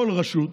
בכל רשות,